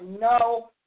no